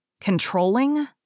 Controlling